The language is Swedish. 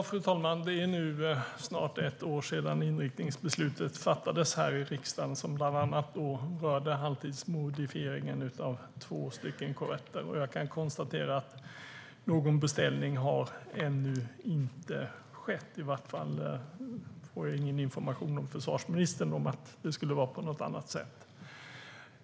Fru talman! Det är nu snart ett år sedan inriktningsbeslutet fattades här i riksdagen. Det rörde bland annat halvtidsmodifieringen av två stycken korvetter. Jag kan konstatera att ingen beställning ännu har skett; i varje fall får jag ingen information från försvarsministern om att det skulle vara på något annat sätt.